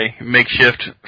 makeshift